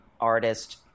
artist